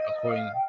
according